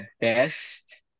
best